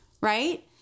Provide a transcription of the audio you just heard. Right